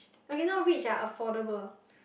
okay not rich ah affordable